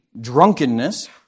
drunkenness